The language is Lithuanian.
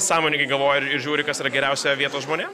sąmoningai galvoja ir žiūri kas yra geriausia vietos žmonėms